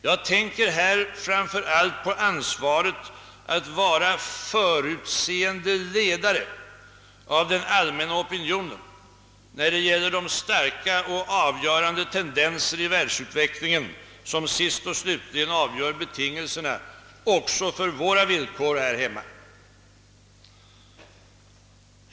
Jag tänker här framför allt på ansvaret att vara förutseende ledare av den allmänna opinionen vad beträffar de starka och avgörande tendenser i världsutvecklingen som sist och slutligen avgör betingelserna också för våra villkor här hemma.